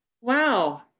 Wow